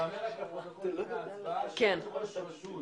לפני ההצבעה ייאמר רק לפרוטוקול שאם ראש רשות